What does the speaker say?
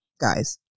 guys